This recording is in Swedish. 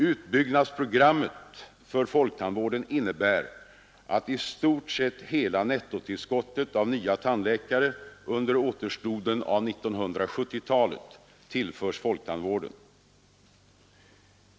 Utbyggnadsprogrammet för folktandvården innebär att i stort sett hela nettotillskottet av nya tandläkare under återstoden av 1970-talet tillförs folktandvården.